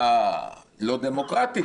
הלא דמוקרטית,